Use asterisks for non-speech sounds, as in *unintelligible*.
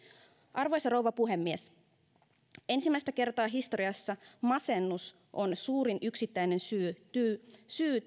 arvoisa rouva puhemies ensimmäistä kertaa historiassa masennus on suurin yksittäinen syy syy *unintelligible*